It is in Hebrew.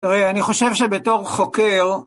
תראה, אני חושב שבתור חוקר...